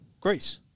Greece